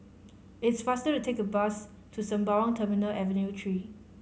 it's faster to take the bus to Sembawang Terminal Avenue Three